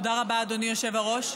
תודה רבה, אדוני היושב-ראש.